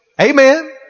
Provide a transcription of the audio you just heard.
Amen